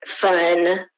fun